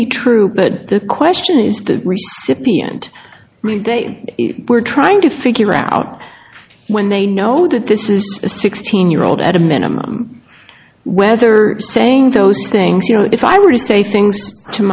be true but the question is that recipient they were trying to figure out when they know that this is a sixteen year old at a minimum whether saying those things you know if i were to say things to